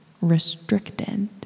restricted